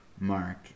mark